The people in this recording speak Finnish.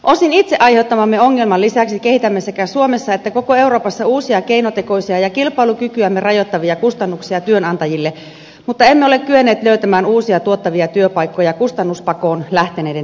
osin itse aiheuttamamme ongelman lisäksi kehitämme sekä suomessa että koko euroopassa uusia keinotekoisia ja kilpailukykyämme rajoittavia kustannuksia työnantajille mutta emme ole kyenneet löytämään uusia tuottavia työpaikkoja kustannuspakoon lähteneiden tilalle